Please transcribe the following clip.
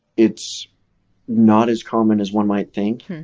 it's not as common as one might think.